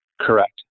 Correct